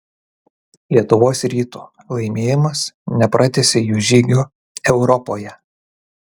lietuvos ryto laimėjimas nepratęsė jų žygio europoje